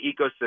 ecosystem